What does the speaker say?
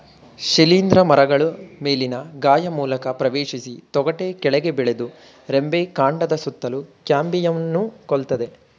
ಶಿಲೀಂಧ್ರ ಮರಗಳ ಮೇಲಿನ ಗಾಯ ಮೂಲಕ ಪ್ರವೇಶಿಸಿ ತೊಗಟೆ ಕೆಳಗೆ ಬೆಳೆದು ರೆಂಬೆ ಕಾಂಡದ ಸುತ್ತಲೂ ಕ್ಯಾಂಬಿಯಂನ್ನು ಕೊಲ್ತದೆ